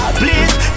please